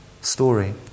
story